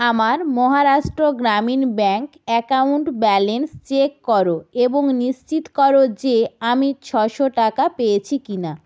আমার Maharashtra Gramin bank account balance check করো এবং নিশ্চিত করো যে আমি ছশো টাকা পেয়েছি কি না